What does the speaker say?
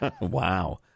Wow